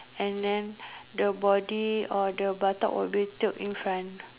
and then the body or the buttock will be tilt in front